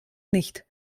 nicht